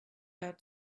out